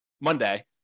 monday